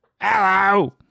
Hello